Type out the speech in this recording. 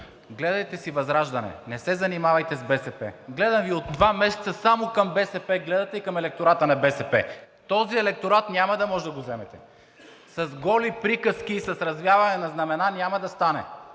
гледайте си ВЪЗРАЖДАНЕ! Не се занимавайте с БСП! Гледам Ви от два месеца само към БСП гледате и към електората на БСП. Този електорат няма да може да го вземете. С голи приказки и с развяване на знамена няма да стане.